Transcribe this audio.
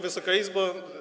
Wysoka Izbo!